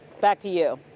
back to you.